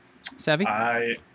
Savvy